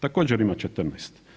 Također ima 14.